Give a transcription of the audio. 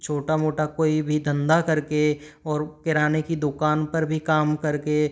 छोटा मोटा कोई भी धंधा कर के और किराने की दुकान पर भी काम करके